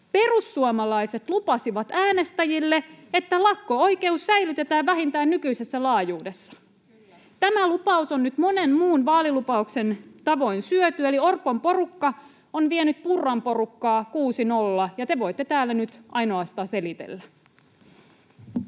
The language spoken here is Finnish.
perussuomalaiset lupasivat äänestäjille, että lakko-oikeus säilytetään vähintään nykyisessä laajuudessa. Tämä lupaus on nyt monen muun vaalilupauksen tavoin syöty, eli Orpon porukka on vienyt Purran porukkaa 6—0, ja te voitte täällä nyt ainoastaan selitellä.